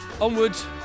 onwards